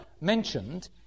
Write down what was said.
mentioned